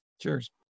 Cheers